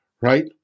right